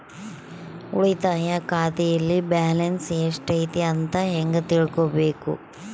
ಉಳಿತಾಯ ಖಾತೆಯಲ್ಲಿ ಬ್ಯಾಲೆನ್ಸ್ ಎಷ್ಟೈತಿ ಅಂತ ಹೆಂಗ ತಿಳ್ಕೊಬೇಕು?